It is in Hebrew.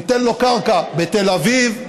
ניתן לו קרקע בתל אביב,